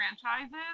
franchises